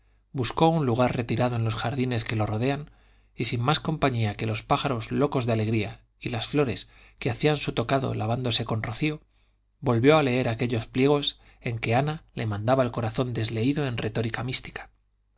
buscó un lugar retirado en los jardines que lo rodean y sin más compañía que los pájaros locos de alegría y las flores que hacían su tocado lavándose con rocío volvió a leer aquellos pliegos en que ana le mandaba el corazón desleído en retórica mística